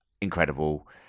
Incredible